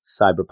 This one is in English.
cyberpunk